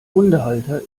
hundehalter